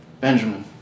Benjamin